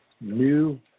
new